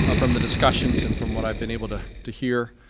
ah from the discussions and from what i've been able to to hear,